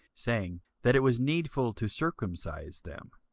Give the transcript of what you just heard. saying, that it was needful to circumcise them,